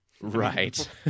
Right